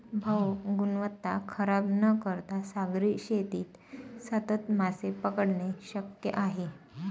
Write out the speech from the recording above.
भाऊ, गुणवत्ता खराब न करता सागरी शेतीत सतत मासे पकडणे शक्य आहे